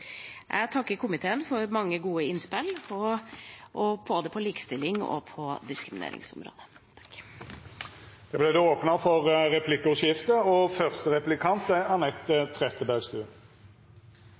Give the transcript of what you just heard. Jeg takker komiteen for mange gode innspill på likestillings- og diskrimineringsområdet. Det vert replikkordskifte. Som nevnt i mitt innlegg vinner antifeminist- og